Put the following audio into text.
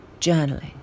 journaling